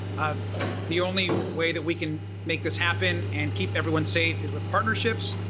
ah the only way that we can make this happen and keep everyone safe is with partnerships.